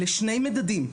אלה שני מדדים.